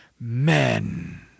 men